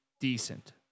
decent